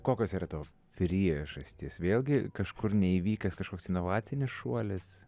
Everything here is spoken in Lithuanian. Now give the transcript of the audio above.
kokios yra to priežastys vėlgi kažkur neįvykęs kažkoks inovacinis šuolis